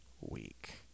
week